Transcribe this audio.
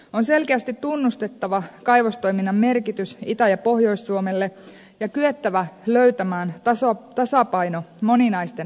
on selkeästi tunnustettava kaivostoiminnan merkitys itä ja pohjois suomelle ja kyettävä löytämään tasapaino moninaisten tavoitteiden välillä